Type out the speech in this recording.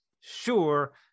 Sure